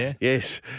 Yes